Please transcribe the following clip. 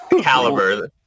Caliber